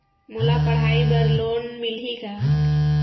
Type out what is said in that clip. मोला पढ़ाई बर लोन मिलही का?